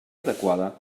adequada